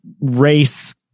race